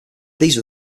these